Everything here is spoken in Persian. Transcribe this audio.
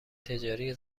تجاری